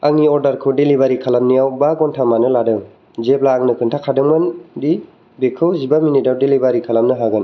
आंनि अर्डारखौ दिलिभारि खालामनायाव बा घन्टा मानो लादों जेब्ला आंनो खोनथाखादोंमोन दि बेखौ जिबा मिनिटाव दिलिभारि खालामनो हागोन